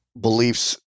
beliefs